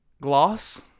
Gloss